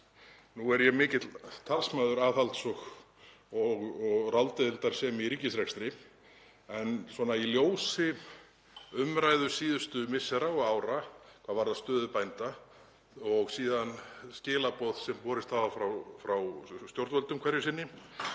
Nú er ég mikill talsmaður aðhalds og ráðdeildarsemi í ríkisrekstri en í ljósi umræðu síðustu missera og ára hvað varðar stöðu bænda og síðan skilaboða sem borist hafa frá stjórnvöldum hverju sinni